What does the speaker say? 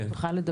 שהיא תוכל לדבר.